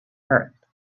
earth